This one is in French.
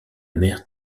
mère